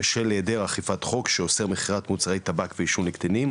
בשל היעדר אכיפת חוק שאוסר מכירת מוצרי טבק ועישון לקטינים.